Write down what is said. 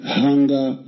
hunger